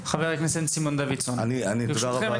חבר הכנסת סימון דוידסון, בבקשה.